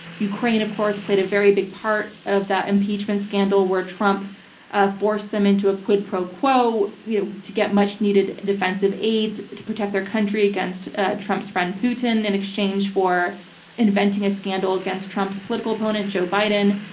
ukraine, of course, played a very big part of that impeachment scandal where trump ah forced them into a quid pro quo you know to get much needed defensive aid to protect their country against ah trump's friend putin in exchange for inventing a scandal against trump's political opponent, joe biden.